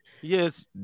Yes